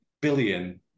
billion